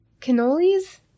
cannolis